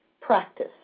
practice